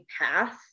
path